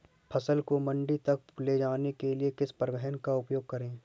फसल को मंडी तक ले जाने के लिए किस परिवहन का उपयोग करें?